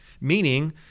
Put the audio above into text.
meaning